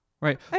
right